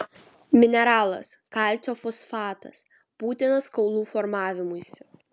mineralas kalcio fosfatas būtinas kaulų formavimuisi